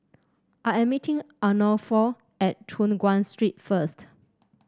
I am meeting Arnulfo at Choon Guan Street first